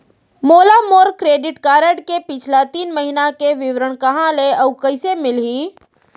मोला मोर credit card के पिछला तीन महीना के विवरण कहाँ ले अऊ कइसे मिलही?